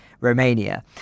Romania